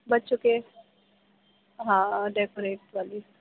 بچوں کے ہاں ڈیکوریٹ والی